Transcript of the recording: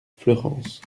fleurance